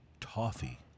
Toffee